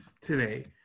today